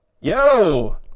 Yo